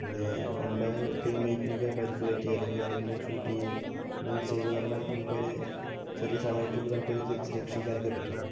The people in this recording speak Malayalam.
പിന്നെ നമ്മുടെ ടീം മെയിറ്റിനൊക്കെ പരിക്ക് പറ്റിയാൽ അല്ലെങ്കിൽ ആരെങ്കിലും ഷൂട്ട് ചെയ്യ എന്തെങ്കിലും ചെയ്തു പറഞ്ഞാൽ നമുക്ക് ഒര് ചെറിയ സമയത്തിനുള്ളിൽ നമുക്ക് തിരിച്ച് രക്ഷിക്കാനൊക്കെ പറ്റും